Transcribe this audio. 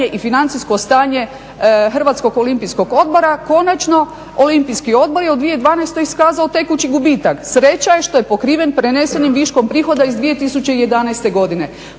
i financijsko stanje Hrvatskog olimpijskog odbora. Konačno, Olimpijski odbor je u 2012. iskazao tekući gubitak. Sreća je što je pokriven prenesenim viškom prihoda iz 2011. godine.